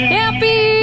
happy